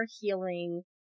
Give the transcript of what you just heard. healing